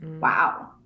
Wow